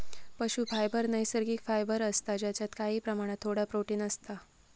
पशू फायबर नैसर्गिक फायबर असता जेच्यात काही प्रमाणात थोडा प्रोटिन असता